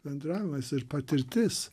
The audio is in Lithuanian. bendravimas ir patirtis